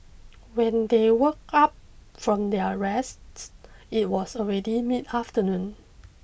when they woke up from their rests it was already mid afternoon